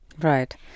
Right